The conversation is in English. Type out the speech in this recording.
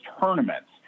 tournaments